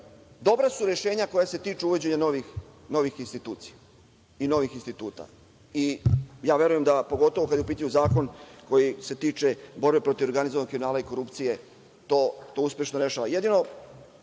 su rešenja koja se tiču uvođenja novih institucija i novih instituta. Verujem da, pogotovo kada je u pitanju zakon koji se tiče borbe protiv organizovanog kriminala i korupcije, to uspešno rešava. Jedino,